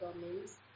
domains